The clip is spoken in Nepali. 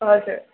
हजुर